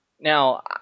Now